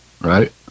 Right